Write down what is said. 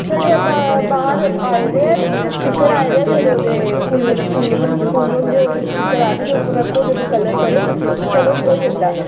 छड़े बा बाह्र आए दे ते स्टिकर आए दे छड़े ओह्दे फुल्ल फुल्ल होंदे ओह्दे स्टिकर आए दे ते उसी रक्खो ते ओह्दे पर कलर करो ते कलर होई जंदा